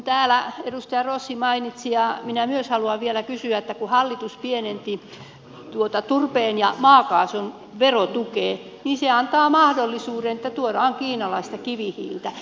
täällä edustaja rossi mainitsi tämän ja myös minä haluan vielä kysyä siitä että kun hallitus pienensi tuota turpeen ja maakaasun verotukea niin se antaa mahdollisuuden siihen että tuodaan kiinalaista kivihiiltä